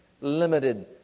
limited